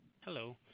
Hello